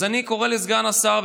אז אני קורא לסגן השר,